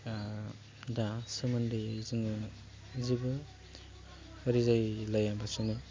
दा सोमोन्दोयै जोङो जेबो रिजायलाया बासिनो